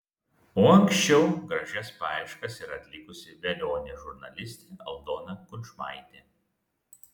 o anksčiau gražias paieškas yra atlikusi velionė žurnalistė aldona kudžmaitė